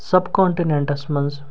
سَب continents منٛز